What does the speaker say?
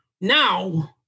now